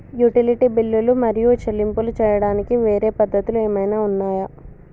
Utility బిల్లులు మరియు చెల్లింపులు చేయడానికి వేరే పద్ధతులు ఏమైనా ఉన్నాయా?